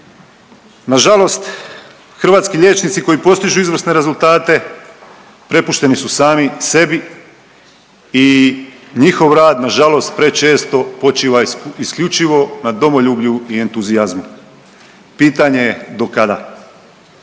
Na žalost hrvatski liječnici koji postižu izvrsne rezultate prepušteni su sami sebi i njihov rad na žalost prečesto počiva isključivo na domoljublju i entuzijazmu. Pitanje do kada?